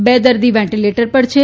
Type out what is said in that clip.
બે દર્દી વેન્ટીલેટર પર છે